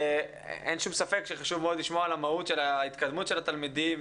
אין שום ספק שחשוב מאוד לשמוע על המהות של ההתקדמות של התלמידים